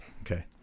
okay